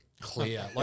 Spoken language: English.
clear